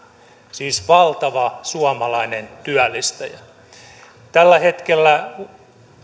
siis valtava suomalainen työllistäjä tällä hetkellä